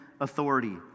authority